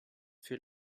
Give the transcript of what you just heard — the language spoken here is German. für